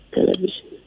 Television